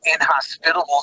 inhospitable